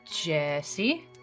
Jesse